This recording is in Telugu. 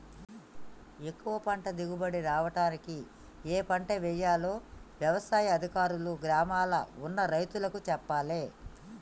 ఎక్కువ పంట దిగుబడి రావడానికి ఏ పంట వేయాలో వ్యవసాయ అధికారులు గ్రామాల్ల ఉన్న రైతులకు చెప్పాలే